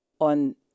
on